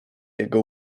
jego